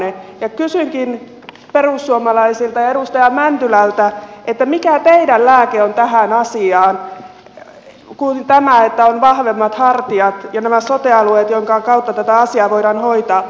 ja kysynkin perussuomalaisilta ja edustaja mäntylältä mikä teidän lääkkeenne on tähän asiaan muu kuin tämä että on vahvemmat hartiat ja nämä sote alueet joiden kautta tätä asiaa voidaan hoitaa